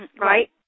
right